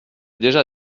déjà